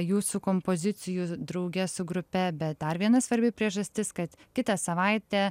jūsų kompozicijų drauge su grupe bet dar viena svarbi priežastis kad kitą savaitę